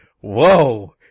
Whoa